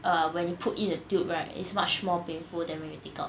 uh when we put in the tube right is much more painful than when you take out